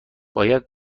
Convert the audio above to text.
باید